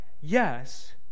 Yes